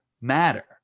matter